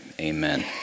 amen